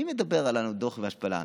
מי מדבר על הדוח ועל השפלה?